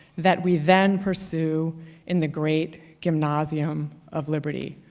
that we then pursue in the great gymnasium of liberty.